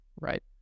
right